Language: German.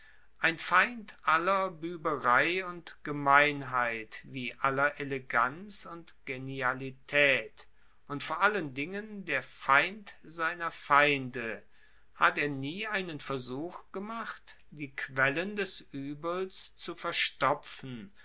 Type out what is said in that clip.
ein feind aller bueberei und gemeinheit wie aller eleganz und genialitaet und vor allen dingen der feind seiner feinde hat er nie einen versuch gemacht die quellen des uebels zu verstopfen